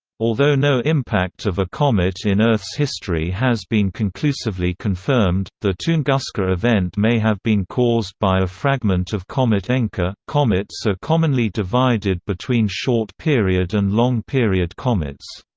although no impact of a comet in earth's history has been conclusively confirmed, confirmed, the tunguska event may have been caused by a fragment of comet encke ah comets are commonly divided between short-period and long-period comets.